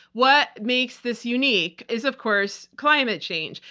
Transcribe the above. what makes this unique is, of course, climate change,